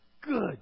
Good